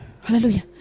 Hallelujah